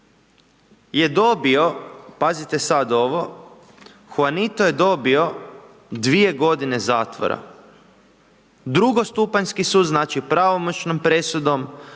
je dobio, pazite sad ovo, Huanito je dobio dvije godine zatvora, drugostupanjski sud, znači, pravomoćnom presudom,